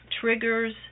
triggers